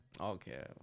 Okay